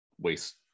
waste